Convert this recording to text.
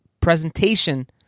presentation